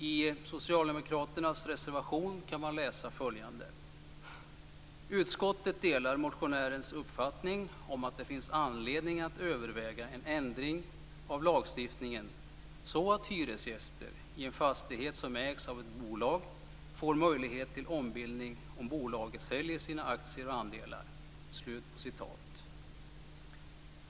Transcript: I Socialdemokraternas reservation kan man läsa följande: Utskottet delar motionärens uppfattning om att det finns anledning att överväga en ändring av lagstiftningen så att hyresgäster i en fastighet som ägs av ett bolag får möjlighet till ombildning om bolaget säljer sina aktier och andelar.